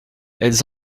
elles